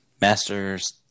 Masters